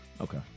Okay